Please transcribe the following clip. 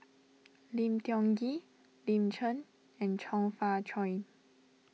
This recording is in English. Lim Tiong Ghee Lin Chen and Chong Fah Cheong